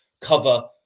cover